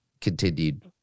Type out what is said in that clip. continued